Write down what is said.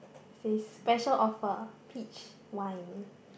it says special offer peach wine